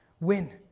win